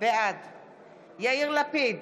בעד יאיר לפיד,